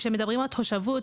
כשמדברים על תושבות,